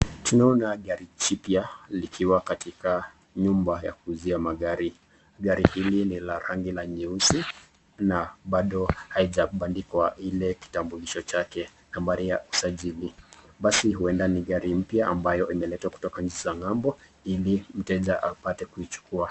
Tunaoona gari chipia likiwa katika nyumba ya kuuzia magari. Gari hili ni la rangi la nyeusi na bado haijabandikwa ile kitambulisho chake nambari ya usajili. Basi huenda ni gari mpya ambayo imeletwa kutoka nchi za ng'ambo ili mteja apate kuichukua.